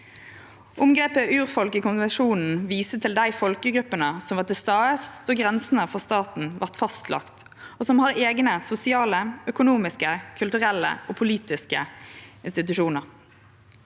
Omgrepet urfolk i konvensjonen viser til dei folkegruppene som var til stades då grensene for staten vart fastlagde, og som har eigne sosiale, økonomiske, kulturelle og politiske institusjonar.